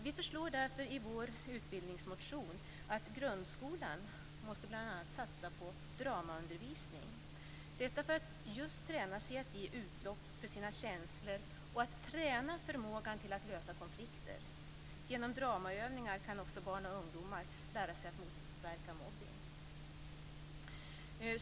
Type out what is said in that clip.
Vi föreslår därför i vår utbildningsmotion att grundskolan bl.a. måste satsa på dramaundervisning, detta för att just träna sig i att ge utlopp för sina känslor och att träna förmågan att lösa konflikter. Genom dramaövningar kan också barn och ungdomar lära sig att motverka mobbning.